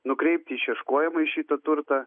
nukreipti išieškojimą į šitą turtą